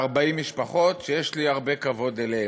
ב-40 משפחות, שיש לי הרבה כבוד אליהן.